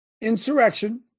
insurrection